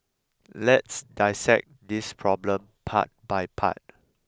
let's dissect this problem part by part